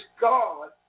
God